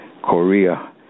Korea